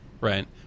right